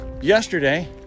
yesterday